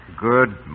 Good